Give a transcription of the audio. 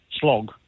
slog